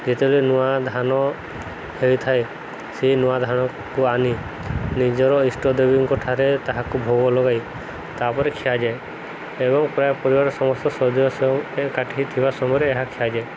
ଯେତେବେଳେ ନୂଆ ଧାନ ହୋଇଥାଏ ସେଇ ନୂଆ ଧାନକୁ ଆଣି ନିଜର ଇଷ୍ଟଦେବୀଙ୍କ ଠାରେ ତାହାକୁ ଭୋଗ ଲଗାଇ ତା'ପରେ ଖିଆଯାଏ ଏବଂ ପ୍ରାୟ ପରିବାରର ସମସ୍ତ ସଦସ୍ୟ ଏକାଠିଥିବା ସମୟରେ ଏହା ଖିଆଯାଏ